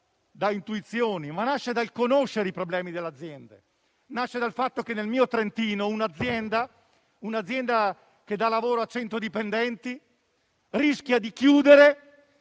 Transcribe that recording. da intuizioni, ma nasce dalla conoscenza dei problemi delle aziende, nasce dal fatto che nel mio Trentino un'azienda che dà lavoro a 100 dipendenti rischia di chiudere